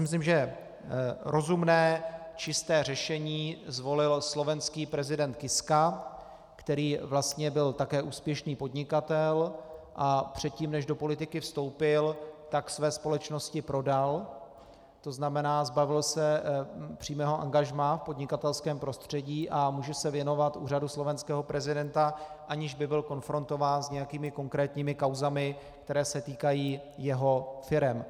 Myslím si, že rozumné, čisté řešení zvolil slovenský prezident Kiska, který vlastně byl také úspěšný podnikatel a předtím, než do politiky vstoupil, své společnosti prodal, to znamená, zbavil se přímého angažmá v podnikatelském prostředí a může se věnovat úřadu slovenského prezidenta, aniž by byl konfrontován s nějakými konkrétními kauzami, které se týkají jeho firem.